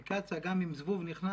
גם אם זבוב נכנס,